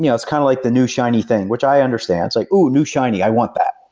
yeah it's kind of like the new shiny thing, which i understand. it's like, oh, new shiny. i want that.